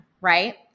Right